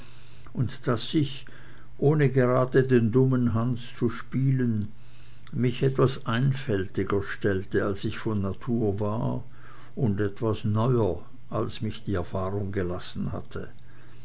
und daß ich ohne gerade den dummen hans zu spielen mich etwas einfältiger stellte als ich von natur war und etwas neuer als mich die erfahrung gelassen hatte